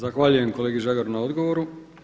Zahvaljujem kolegi Žagaru na odgovoru.